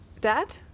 Dad